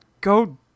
go